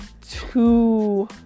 two